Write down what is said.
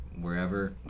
wherever